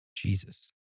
Jesus